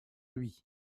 lui